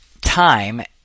time